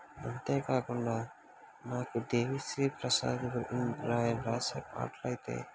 అంతేకాకుండా నాకు దేవిశ్రీప్రసాద్ రయ రాసిన పాటలైతే